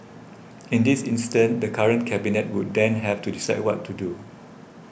in this instance the current Cabinet would then have to decide what to do